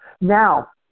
Now